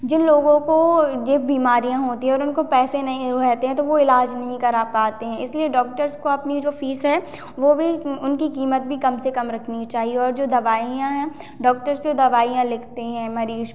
जिन लोगों को ये बीमारियाँ होती हैं और उनको पैसा नहीं रहते हैं तो वो इलाज नहीं करा पाते हैं इसलिए डॉक्टर्स को अपनी जो फीस है वो भी उनकी कीमत भी कम से कम रखनी चाहिए और जो दवाईयाँ हैं डॉक्टर्स जो दवाईयाँ लिखते हैं मरीज को